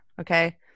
okay